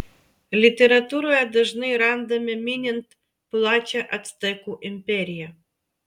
literatūroje dažnai randame minint plačią actekų imperiją